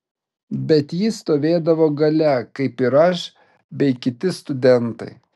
bet ji stovėdavo gale kaip ir aš bei kiti studentai